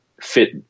fit